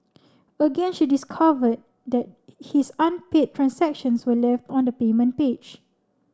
again she discovered that his unpaid transactions were left on the payment page